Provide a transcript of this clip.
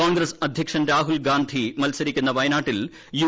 കോൺഗ്രസ്സ് അധ്യക്ഷൻ രാഹുൽഗാന്ധി മത്സരിക്കുന്ന വയനാട്ടിൽ യു